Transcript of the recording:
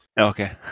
Okay